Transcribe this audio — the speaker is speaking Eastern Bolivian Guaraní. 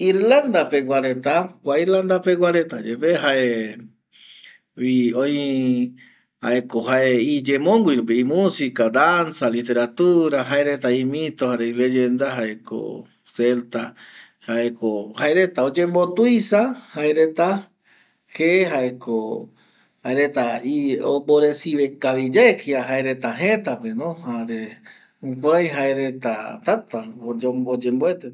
Irlanda pegua reta kua Irlanda pegua retayepe jaevi öi jaeko jae iyemongui rupi imusica, danza. Literatura jae reta imito jare leyenda jaeko celta jaeko jae reta oyembo tuisa jaereta je jaeko jaereta omboresive kavi yae reta jëtapeno jaereta täta oyomboeteno